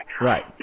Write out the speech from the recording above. Right